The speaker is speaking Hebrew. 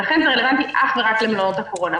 ולכן זה רלוונטי אך ורק למלונות הקורונה.